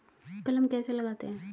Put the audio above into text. कलम कैसे लगाते हैं?